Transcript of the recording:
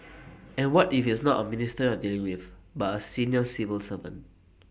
and what if it's not A minister you're dealing with but A senior civil servant